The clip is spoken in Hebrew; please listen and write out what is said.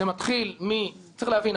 צריך להבין,